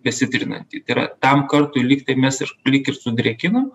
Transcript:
besitrinantį tai yra tam kartui lyg tai mes ir lyg ir sudrėkinam